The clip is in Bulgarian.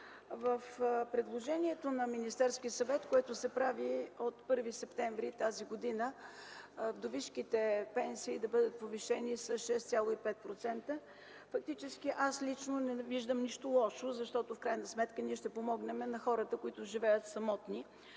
В предложението на Министерския съвет, което се прави от 1 септември 2011 г. – вдовишките пенсии да бъдат повишени с 6,5%, фактически аз лично не виждам нищо лошо, защото в крайна сметка ние ще помогнем на хората, които живеят самотно.